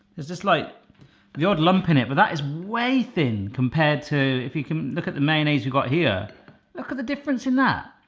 is this like yard lumpin in? but that is way thin compared to if you can look at the mayonnaise we got here. look at the difference in that?